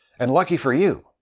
and lucky for you,